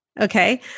Okay